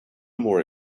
more